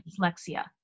dyslexia